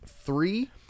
three